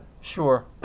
Sure